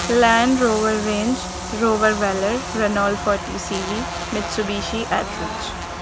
land Rover Range Rover wheeler Renault forty C V Mitsubishi Attrage